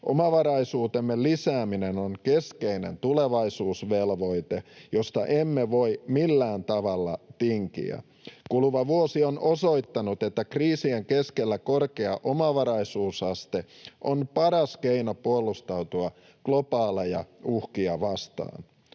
Omavaraisuutemme lisääminen on keskeinen tulevaisuusvelvoite, josta emme voi millään tavalla tinkiä. Kuluva vuosi on osoittanut, että kriisien keskellä korkea omavaraisuusaste on paras keino puolustautua globaaleja uhkia vastaan.